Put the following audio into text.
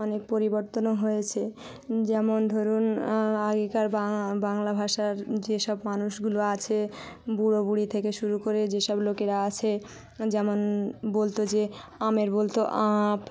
অনেক পরিবর্তনও হয়েছে যেমন ধরুন আগেকার বাংলা ভাষার যেসব মানুষগুলো আছে বুড়ো বুড়ি থেকে শুরু করে যেসব লোকেরা আছে যেমন বলতো যে আমের বলতো আঁপ